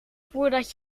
voordat